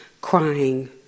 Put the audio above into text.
crying